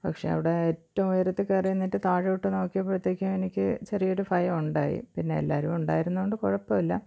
പക്ഷേ അവിടെ ഏറ്റവും ഉയരത്തിൽ കയറി നിന്നിട്ട് താഴോട്ട് നോക്കിയപ്പോഴത്തേക്കും എനിക്ക് ചെറിയൊരു ഭയം ഉണ്ടായി പിന്നെ എല്ലാവരും ഉണ്ടായിരുന്നതുകൊണ്ട് കുഴപ്പമില്ല